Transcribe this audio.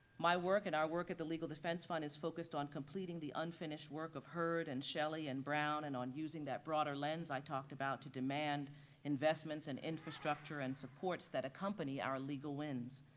my work and our work at the legal defense fund is focused on completing the unfinished work of hurd and shelley and brown and on using that broader lens i talked about to demand investments and infrastructure and supports that accompany our legal wins,